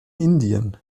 indien